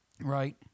Right